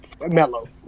mellow